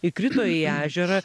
įkrito į ežerą